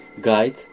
guide